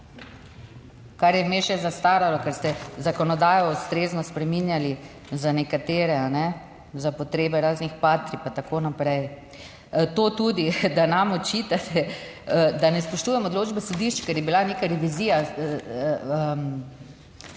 kar je vmes še zastaralo, ker ste zakonodajo ustrezno spreminjali za nekatere, za potrebe raznih Patrij in tako naprej. To tudi, da nam očitate, da ne spoštujemo odločbe sodišč, ker je bila neka revizija